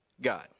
God